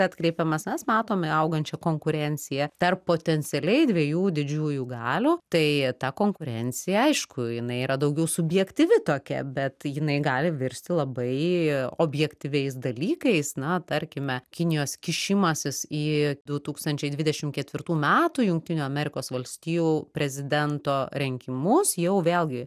atkreipiamas mes matome augančią konkurenciją tarp potencialiai dviejų didžiųjų galių tai ta konkurencija aišku jinai yra daugiau subjektyvi tokia bet jinai gali virsti labai objektyviais dalykais na tarkime kinijos kišimasis į du tūkstančiai dvidešim ketvirtų metų jungtinių amerikos valstijų prezidento rinkimus jau vėlgi